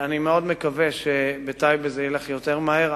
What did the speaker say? אני מאוד מקווה שבטייבה זה ילך יותר מהר.